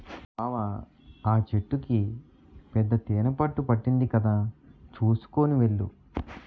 బావా ఆ చెట్టుకి పెద్ద తేనెపట్టు పట్టింది కదా చూసుకొని వెళ్ళు